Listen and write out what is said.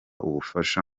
ubufasha